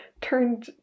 turned